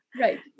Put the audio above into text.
right